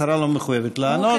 השרה לא מחויבת לענות,